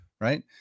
right